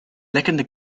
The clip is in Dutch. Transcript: lekkende